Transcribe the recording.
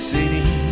City